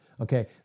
okay